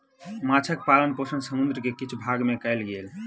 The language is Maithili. माँछक पालन पोषण समुद्र के किछ भाग में कयल गेल